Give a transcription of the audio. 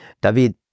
David